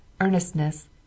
earnestness